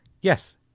Yes